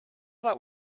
that